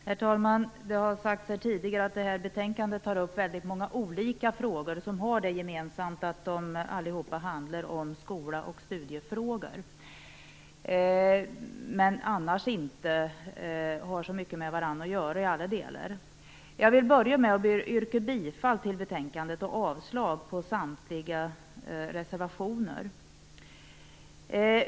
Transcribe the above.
Herr talman! Det har sagt tidigare att detta betänkande tar upp väldigt många olika frågor som alla har det gemensamt att de handlar om skola och studiefrågor men som annars inte i alla delar har så mycket med varandra att göra. Jag vill börja med att yrka bifall till hemställan i betänkandet och avslag till samtliga reservationer.